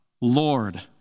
Lord